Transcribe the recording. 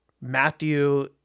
Matthew